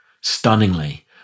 Stunningly